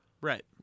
right